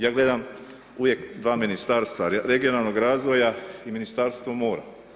Ja gledam uvijek dva ministarstva, regionalnog razvoja i Ministarstvo mora.